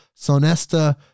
Sonesta